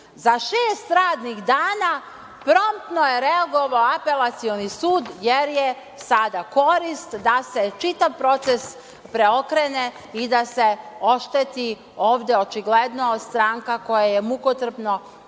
Za šest radnih dana promptno je reagovao Apelacioni sud, jer je sada korist da se čitav proces preokrene i da se ošteti ovde očigledno stranka koja je mukotrpno